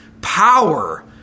power